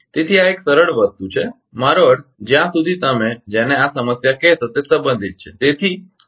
તેથી આ એક સરળ વસ્તુ છે મારો અર્થ છે જ્યાં સુધી તમે જેને આ સમસ્યા કહેશો તે સંબંધિત છે